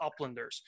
uplanders